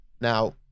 Now